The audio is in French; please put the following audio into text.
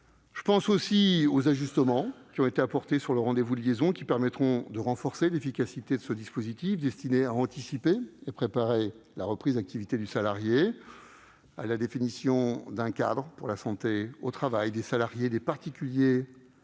Je salue également les ajustements apportés sur le rendez-vous de liaison qui permettront de renforcer l'efficacité de ce dispositif destiné à anticiper et à préparer la reprise d'activité du salarié, ainsi que la définition d'un cadre pour la santé au travail des salariés des particuliers